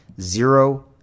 zero